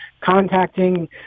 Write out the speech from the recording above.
contacting